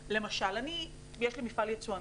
לי יש מפעל יצואני,